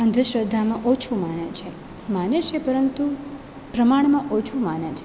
અંધશ્રદ્ધામાં ઓછું માને છે માને છે પરંતુ પ્રમાણમાં ઓછું માને છે